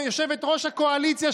יושבת-ראש הקואליציה,